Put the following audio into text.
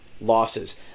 losses